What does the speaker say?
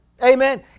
Amen